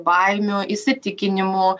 baimių įsitikinimų